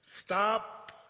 Stop